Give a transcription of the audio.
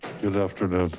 good afternoon.